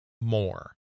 more